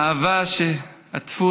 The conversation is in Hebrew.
האהבה שבה עטפו